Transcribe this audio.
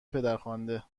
پدرخوانده